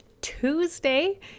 Tuesday